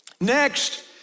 Next